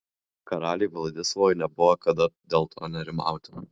karaliui vladislovui nebuvo kada dėl to nerimauti